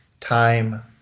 Time